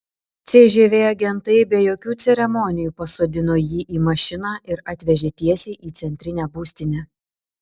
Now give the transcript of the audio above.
cžv agentai be jokių ceremonijų pasodino jį į mašiną ir atvežė tiesiai į centrinę būstinę